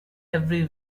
every